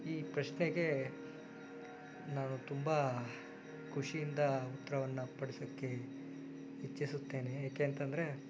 ಈ ಪ್ರಶ್ನೆಗೆ ನಾನು ತುಂಬ ಖುಷಿಯಿಂದ ಉತ್ತರವನ್ನ ಪಡಿಸೋಕ್ಕೆ ಇಚ್ಛಿಸುತ್ತೇನೆ ಏಕೆ ಅಂತಂದರೆ